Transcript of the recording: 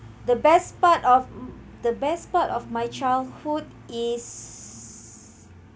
the best part of um the best part of my childhood is